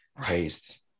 taste